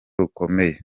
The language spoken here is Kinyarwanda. rukomeye